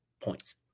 points